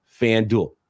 FanDuel